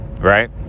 right